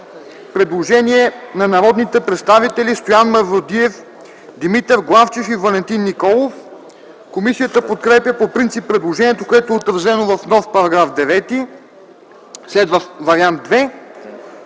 Предложение на народните представители Стоян Мавродиев, Димитър Главчев и Валентин Николов. Комисията подкрепя по принцип предложението, което е отразено в нов § 9. Следва Вариант